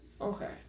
Okay